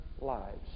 lives